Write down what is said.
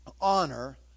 honor